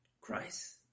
Christ